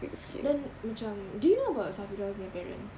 then macam do you know about safirah punya parents